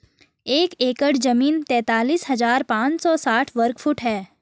एक एकड़ जमीन तैंतालीस हजार पांच सौ साठ वर्ग फुट है